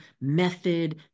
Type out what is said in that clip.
method